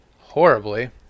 horribly